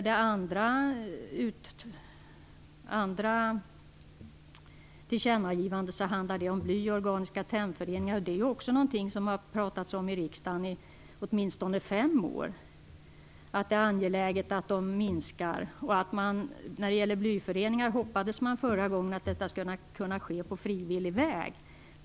Det andra tillkännagivandet handlar om bly och organiska tennföreningar. Det är också någonting som det har pratats om i riksdagen i åtminstone fem år. Det är angeläget att de minskar. När det gäller blyföreningar hoppades man förra gången att detta skulle kunna ske på frivillig väg.